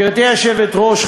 גברתי היושבת-ראש,